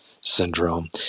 syndrome